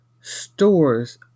stores